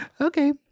okay